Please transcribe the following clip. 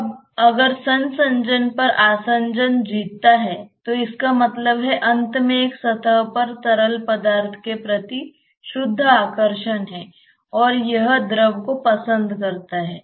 अब अगर संसंजन पर आसंजन जीतता है तो इसका मतलब है अंत में सतह पर तरल पदार्थ के प्रति शुद्ध आकर्षण है और यह द्रव को पसंद करता है